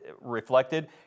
reflected